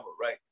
right